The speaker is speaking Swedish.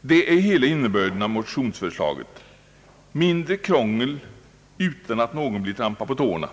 Detta är hela innebörden av motionsförslaget: mindre krångel utan att någon blir trampad på tårna.